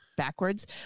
backwards